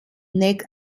neck